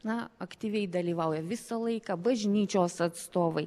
na aktyviai dalyvauja visą laiką bažnyčios atstovai